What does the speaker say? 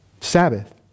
Sabbath